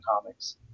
comics